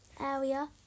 area